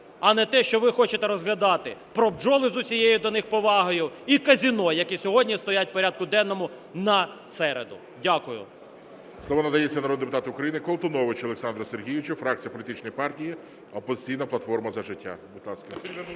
а не те, що ви хочете розглядати: про бджоли, з усією до них повагою, і казино, які сьогодні стоять в порядку денному на середу. Дякую. ГОЛОВУЮЧИЙ. Слово надається народному депутату України Колтуновичу Олександру Сергійовичу, фракція політичної партії "Опозиційна платформа – За життя".